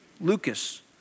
Lucas